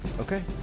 Okay